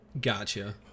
Gotcha